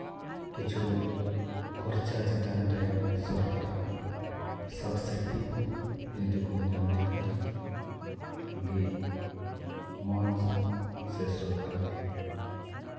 ᱠᱤᱪᱷᱩ ᱠᱷᱚᱨᱪᱟ ᱪᱮᱛᱟᱱ ᱨᱮ ᱥᱚᱨᱠᱟᱨᱟᱜ ᱥᱟᱵ ᱥᱤᱴᱤ ᱡᱩᱫᱤ ᱠᱚ ᱧᱟᱢ ᱞᱮᱠᱷᱟᱱ ᱟᱹᱰᱤ ᱢᱚᱡᱽ ᱥᱮ ᱥᱚᱨᱠᱟᱨ